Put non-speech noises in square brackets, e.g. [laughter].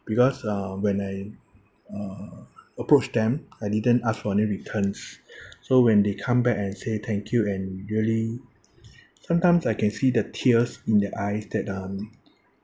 because uh when I uh approach them I didn't ask for any returns [breath] so when they come back and say thank you and really sometimes I can see the tears in their eyes that um